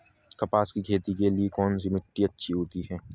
कपास की खेती के लिए कौन सी मिट्टी अच्छी होती है?